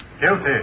Guilty